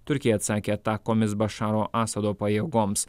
turkija atsakė atakomis bašaro asado pajėgoms